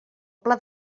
pla